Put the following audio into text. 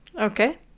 Okay